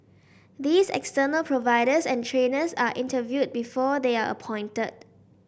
these external providers and trainers are interviewed before they are appointed